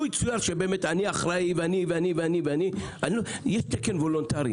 לו יצויר שאני אחראי ואני ואני, יש תקן וולונטרי.